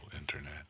Internet